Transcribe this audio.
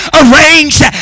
arranged